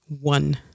one